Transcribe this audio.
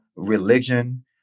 Religion